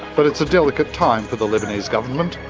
but it's a delicate time for the lebanese government.